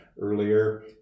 earlier